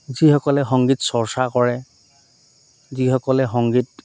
যিসকলে সংগীত চৰ্চা কৰে যিসকলে সংগীত